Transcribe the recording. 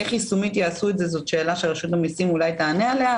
איך יישומית יעשו את זה - זאת שאלה שרשות המיסים אולי תענה עליה,